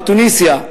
בתוניסיה,